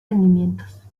rendimientos